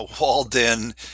walled-in